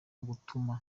ntitabira